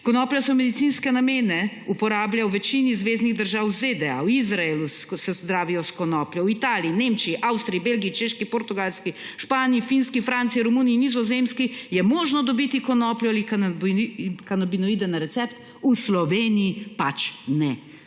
Konoplja se v medicinske namene uporablja v večini zveznih držav ZDA, v Izraelu se zdravijo s konopljo, v Italiji, Nemčiji, Avstriji, Belgiji, Češki, Portugalski, Španiji, Finski, Franciji, Romuniji, Nizozemski je možno dobiti konopljo ali kanabinoiden recept. V Sloveniji pač ne,